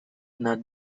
not